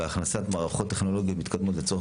והכנסת מערכות טכנולוגיות מתקדמות לצורך